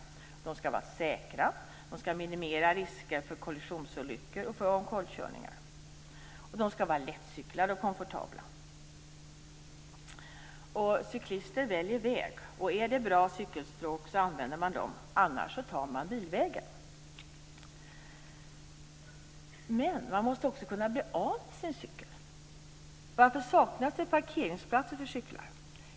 De skall vara säkra. De skall minimera risker för kollisionsolyckor och omkullkörningar. De skall vara lättcyklade och komfortabla. Cyklister väljer väg. Om det är bra cykelstråk använder man dem. Annars väljer man bilvägen. Man måste också kunna bli av med sin cykel. Varför saknas det parkeringsplatser för cyklar?